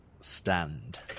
stand